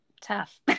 tough